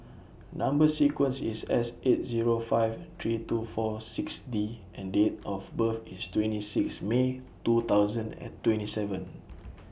Number sequence IS S eight Zero five three two four six D and Date of birth IS twenty six May two thousand and twenty seven